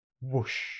Whoosh